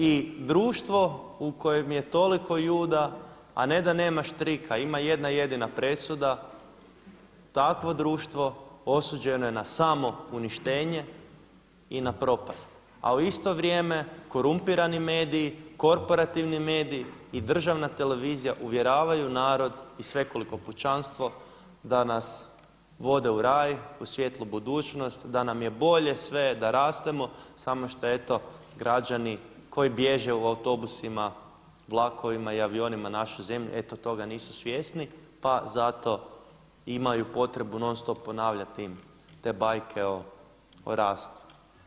I društvo u kojem je toliko Juda, a ne da nema štrika, ima jedna jedina presuda, takvo društvo osuđeno je na samouništenje i na propast, a u isto vrijeme korumpirani medij, korporativni medij i državna televizija uvjeravaju narod i svekoliko pučanstvo da nas vode u raj u svjetlu budućnost, da nam je bolje da rastemo samo što eto građani koji bježe u autobusima, vlakovima i avionima naše zemlje eto toga nisu svjesni pa zato imaju potrebu non-stop ponavljati te bajke o rastu.